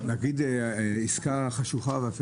מותר לה להגיד שזה עסקה אפלה וחשוכה?